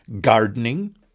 gardening